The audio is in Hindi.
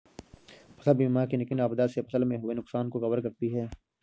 फसल बीमा किन किन आपदा से फसल में हुए नुकसान को कवर करती है